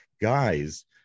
guys